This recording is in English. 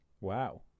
Wow